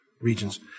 regions